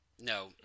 No